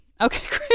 Okay